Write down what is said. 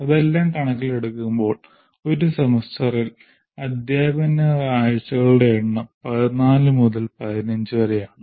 അതെല്ലാം കണക്കിലെടുക്കുമ്പോൾ ഒരു സെമസ്റ്ററിലെ അദ്ധ്യാപന ആഴ്ചകളുടെ എണ്ണം 14 മുതൽ 15 വരെയാണ്